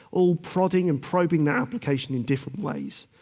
all prodding and probing that application in different ways.